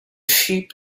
sheep